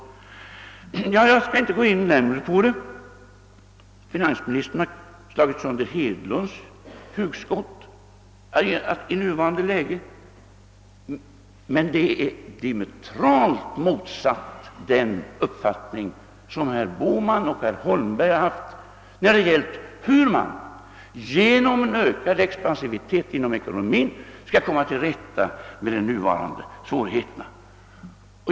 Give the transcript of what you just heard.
Jag skall inte gå in på det närmare. Finansministern har slagit sönder herr Hedlunds hugskott i nuvarande läge, men det är diametralt motsatt den uppfattning som herrar Bohman och Holmberg har haft när det gällt hur man ge nom en ökad expansion inom ekonomin skall kunna komma till rätta med de nuvarande svårigheterna.